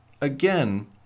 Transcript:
again